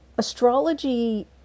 astrology